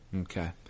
Okay